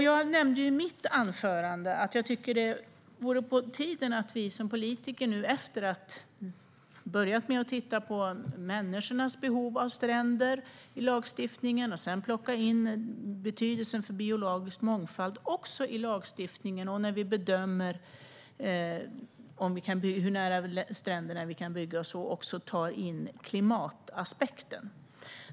Jag nämnde i mitt anförande att jag tycker att det vore på tiden att vi som politiker, efter att vi har börjat med att i fråga om lagstiftningen titta på människornas behov av stränder för att sedan ta in betydelsen av biologisk mångfald också i lagstiftningen när vi bedömer hur nära stränderna vi kan bygga och så vidare, även tar in klimataspekten.